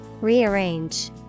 Rearrange